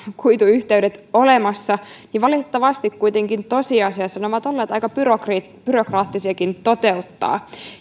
kuituyhteydet olemassa valitettavasti kuitenkin tosiasiassa ne ovat olleet aika byrokraattisiakin byrokraattisiakin toteuttaa